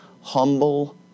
humble